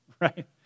right